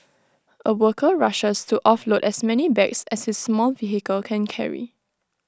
A worker rushes to offload as many bags as his small vehicle can carry